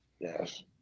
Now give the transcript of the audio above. yes